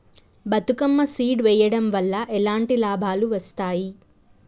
Bathukamma seed వెయ్యడం వల్ల ఎలాంటి లాభాలు వస్తాయి?